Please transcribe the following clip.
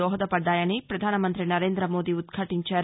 దోహదపడ్డాయని పధాన మంతి నరేంద మోదీ ఉద్భాటించారు